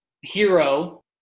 hero